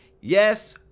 Yes